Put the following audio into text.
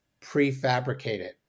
prefabricated